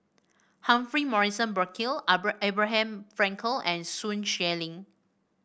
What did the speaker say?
Humphrey Morrison Burkill Abraham Frankel and Sun Xueling